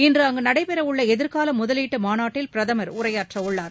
இன்று அங்கு நடைபெறவுள்ள எதிர்கால முதலீட்டு மாநாட்டில் பிரதமர் உரையாற்றவுள்ளார்